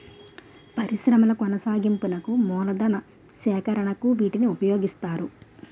పరిశ్రమల కొనసాగింపునకు మూలతన సేకరణకు వీటిని ఉపయోగిస్తారు